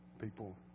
People